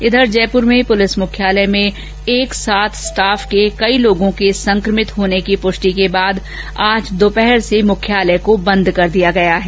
इघर जयपुर में पुलिस मुख्यालय में एक साथ स्टाफ कई लोगों के संक्रमित होने की पुष्टि के बाद आज दोपहर से मुख्यालय को बंद कर दिया गया है